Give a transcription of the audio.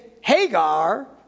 Hagar